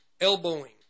elbowing